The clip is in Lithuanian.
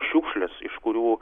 šiukšlės iš kurių